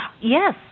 yes